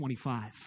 25